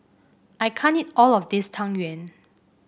I can't eat all of this Tang Yuen